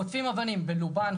חוטפים אבנים בלובן,